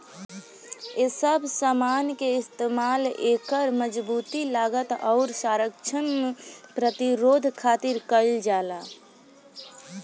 ए सब समान के इस्तमाल एकर मजबूती, लागत, आउर संरक्षण प्रतिरोध खातिर कईल जाला